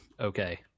okay